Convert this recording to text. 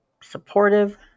supportive